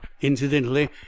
incidentally